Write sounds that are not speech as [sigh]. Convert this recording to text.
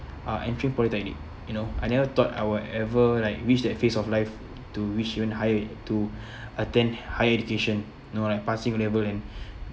uh entering polytechnic you know I never thought I will ever like reach that phase of life to wish even higher to [breath] attend higher education you know like pass new level and